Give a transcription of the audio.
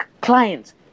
clients